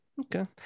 okay